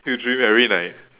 usually very like